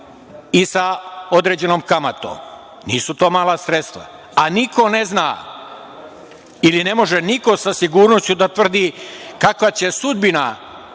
i sa određenom kamatom. Nisu to mala sredstva.A niko ne zna ili ne može niko sa sigurnošću da tvrdi kakva će sudbina